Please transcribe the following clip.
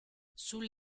sul